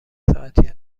ساعتی